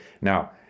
Now